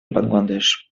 бангладеш